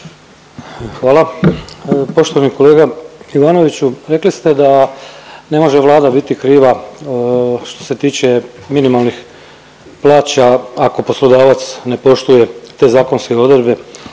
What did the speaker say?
Hvala. Poštovani kolega Ivanoviću, rekli ste da ne može Vlada biti kriva što se tiče minimalnih plaća ako poslodavac ne poštuje te zakonske odredbe,